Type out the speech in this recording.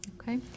Okay